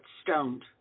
stoned